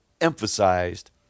emphasized